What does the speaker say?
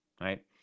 right